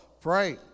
pray